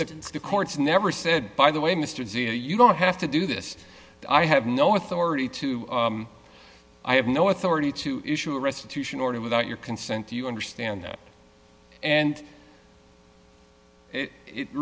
the courts never said by the way mr z you don't have to do this i have no authority to i have no authority to issue a restitution order without your consent do you understand that and it